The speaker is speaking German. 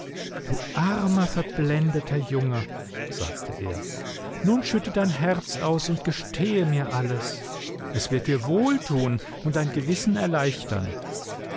du armer verblendeter junge sagte er nun schütte dein herz aus und gestehe mir alles es wird dir wohltun und dein gewissen erleichtern